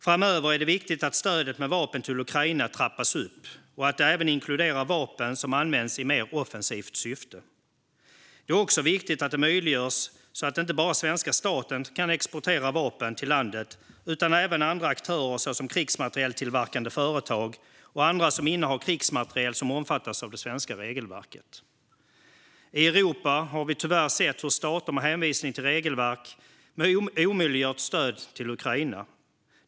Framöver är det viktigt att stödet med vapen till Ukraina trappas upp och att det även inkluderar vapen som används i mer offensivt syfte. Det är också viktigt att det möjliggörs att inte bara svenska staten exporterar vapen till landet utan även andra aktörer såsom krigsmaterieltillverkande företag och andra som innehar krigsmateriel som omfattas av det svenska regelverket. I Europa har vi tyvärr sett hur stater med hänvisning till regelverk omöjliggjort stöd till Ukraina.